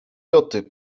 joty